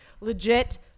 legit